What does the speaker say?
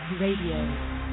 RADIO